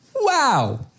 wow